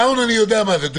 down אני יודע מה זה.